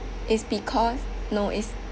is because no is